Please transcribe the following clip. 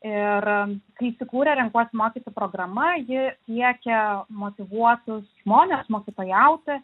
ir kai įsikūrė renkuosi mokyti programa ji siekė motyvuotus žmones mokytojauti